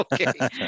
Okay